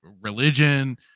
religion